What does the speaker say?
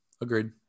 agreed